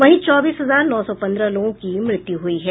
वहीं चौबीस हजार नौ सौ पंद्रह लोगों की मृत्यु हुई है